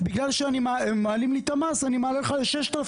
בגלל שמעלים לי את המס, אני מעלה לך ל-6,200,